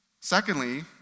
Secondly